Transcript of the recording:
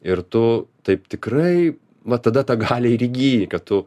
ir tu taip tikrai va tada tą galią ir įgyji kad tu